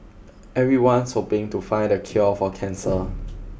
everyone's hoping to find the cure for cancer